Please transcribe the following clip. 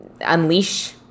unleash